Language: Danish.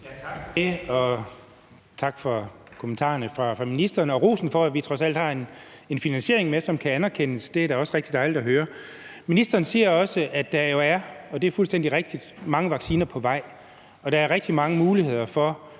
tak for kommentarerne fra ministeren og rosen for, at vi trods alt har en finansiering med, som kan anerkendes; det er da også rigtig dejligt at høre. Ministeren siger også, at der jo er, og det er fuldstændig rigtigt, mange vacciner på vej, og der er rigtig mange muligheder for